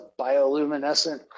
bioluminescent